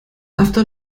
after